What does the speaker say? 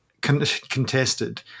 contested